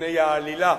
מפני העלילה